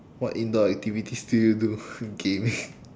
what indoor activities do you do gaming